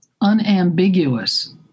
unambiguous